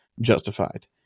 justified